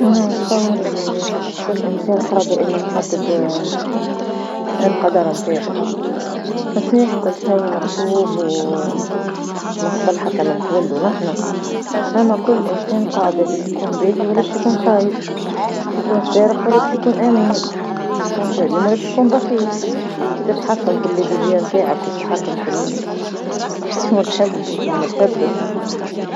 انا نتصور اللي كل انسان قادر أنه يحدد القدر متاعو، صحيح كل شي مكتوب من قبل حتى ما نتولدو نحنا، أما كل إنسان قادر باش يكون باهي ولا باش يكون خايب، باش يكون سارق ولا باش يكون أمين. باش يكون شكون بخيل؟ أنت تتحكم في صفات نتاعك وتتحكم في شنوا تحب شنوا ماتحبش.